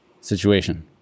situation